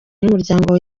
n’umuryango